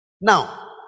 Now